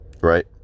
right